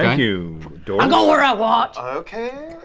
you, doris. i go where i want. okay.